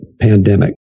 pandemic